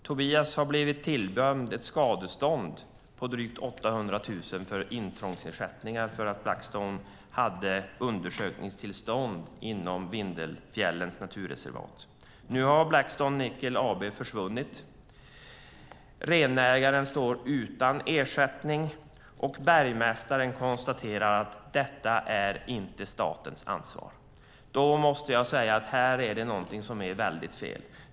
Tobias har blivit tilldömd ett skadestånd på drygt 800 000 som intrångsersättning för att Blackstone hade undersökningstillstånd inom Vindelfjällens naturreservat. Nu har Blackstone Nickel AB försvunnit. Renägaren står utan ersättning, och bergmästaren konstaterar att detta inte är statens ansvar. Då måste jag säga att här är det någonting som är väldigt fel.